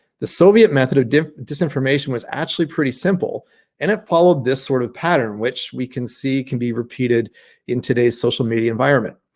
the soviet method of disinformation was actually pretty simple and it followed this sort of pattern which we can see can be repeated in today's social media environment.